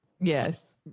Yes